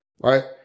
Right